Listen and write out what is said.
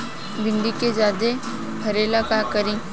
भिंडी के ज्यादा फरेला का करी?